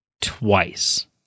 twice